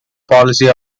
policy